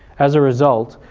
as a result,